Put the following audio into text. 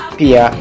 pia